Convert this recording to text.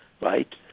right